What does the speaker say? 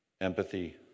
empathy